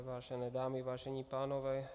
Vážené dámy, vážení pánové.